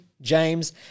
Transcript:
James